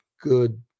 good